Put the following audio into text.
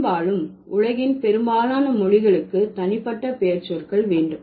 பெரும்பாலும் உலகின் பெரும்பாலான மொழிகளுக்கு தனிப்பட்ட பெயர்ச்சொற்கள் வேண்டும்